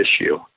issue